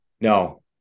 No